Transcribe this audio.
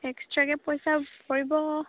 এক্সট্ৰাকৈ পইচা পৰিব